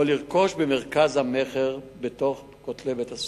או לרכוש במרכז המכר בין כותלי בית-הסוהר.